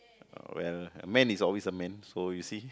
well a man is always a man so you see